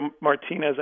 Martinez